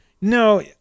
no